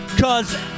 Cause